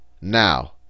Now